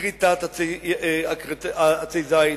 שכריתת עצי זית,